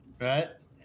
right